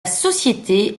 société